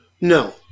no